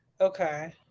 Okay